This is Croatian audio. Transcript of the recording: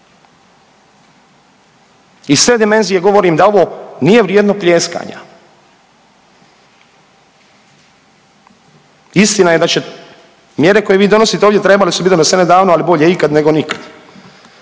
iz te dimenzije govorim da ovo nije vrijedno pljeskanja. Istina je da će, mjere koje vi donosite ovdje trebale su bit donesene davno, ali bolje ikad nego nikad.